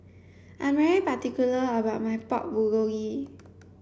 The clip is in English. I am particular about my Pork Bulgogi